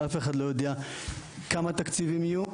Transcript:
אף אחד לא יודע כמה תקציבים יהיו,